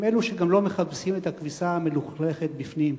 הם אלה שגם לא מכבסים את הכביסה המלוכלכת בפנים.